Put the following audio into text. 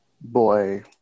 boy